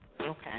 Okay